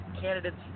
candidates